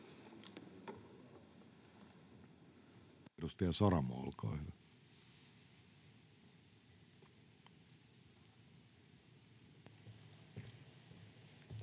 Kiitos,